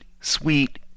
sweet